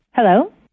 Hello